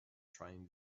train